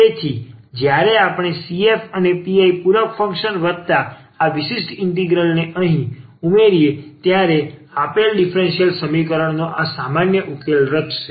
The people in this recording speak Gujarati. તેથી જ્યારે આપણે CF અને PI પૂરક ફંક્શન વત્તા આ વિશિષ્ટ ઇન્ટિગ્રલને અહીં ઉમેરીએ ત્યારે આપેલ ડીફરન્સીયલ સમીકરણનો આ સામાન્ય સોલ્યુશન રચશે